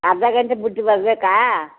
ಅರ್ಧ ಗಂಟೆ ಬಿಟ್ಟು ಬರಬೇಕಾ